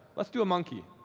let's do a monkey.